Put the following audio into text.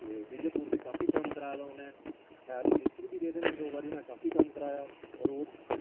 ते विजयपुर च काफी कम्म कराए दा उ'नें ऐंड मनिस्टर बी रेह्दे न दो बारी उ'नें काफी कम्म कराया रोड्स